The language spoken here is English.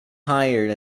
hired